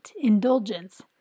indulgence